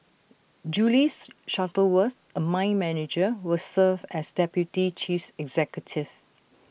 Julie's Shuttleworth A mine manager will serve as deputy cheese executive